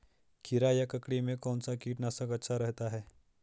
खीरा या ककड़ी में कौन सा कीटनाशक अच्छा रहता है?